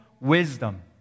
wisdom